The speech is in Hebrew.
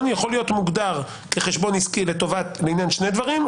יכול להיות מוגדר כחשבון עסקי לעניין שני דברים,